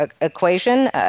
equation